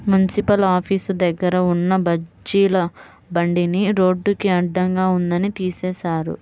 municipal office దగ్గర ఉన్న బజ్జీల బండిని రోడ్డుకి అడ్డంగా ఉందని తీసేశారు